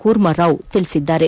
ಕೂರ್ಮಾರಾವ್ ತಿಳಿಸಿದ್ದಾರೆ